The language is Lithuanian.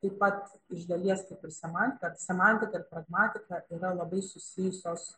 taip pat iš dalies kaip ir semantiką semantika ir pragmatika yra labai susijusios